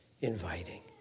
inviting